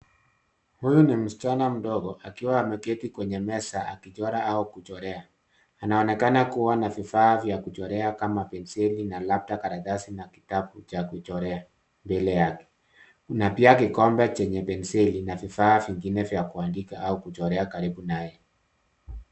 Huyu ni msichana mdogo akiwa ameketi kwenye meza akichora au kuchorea. Anaonekana kuwa na vifaa vya kuchorea kama penseli na labda karatasi na kitabu cha kuchorea mbele yake na pia kikombe chenye penseli na vifaa vingine vya kuandika au kuchorea karibu naye.